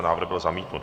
Návrh byl zamítnut.